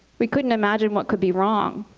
we couldn't imagine what could be wrong.